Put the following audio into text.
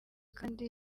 kandi